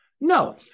No